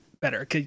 better